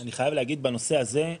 אני חייב להגיד בנושא הזה,